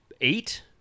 Eight